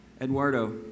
Eduardo